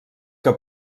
que